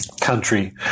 country